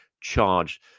charge